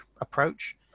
approach